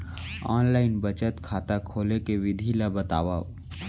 Online बचत खाता खोले के विधि ला बतावव?